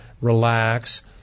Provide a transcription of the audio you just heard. relax